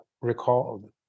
recalled